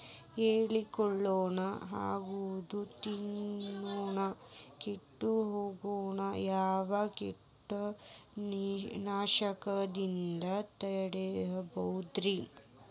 ಎಲಿಗೊಳ್ನ ಅಗದು ತಿನ್ನೋ ಕೇಟಗೊಳ್ನ ಯಾವ ಕೇಟನಾಶಕದಿಂದ ತಡಿಬೋದ್ ರಿ?